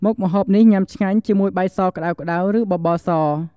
មុខម្ហូបនេះ ញុំាឆ្ងាញ់ជាមួយបាយសក្តៅៗ ឬបបរស។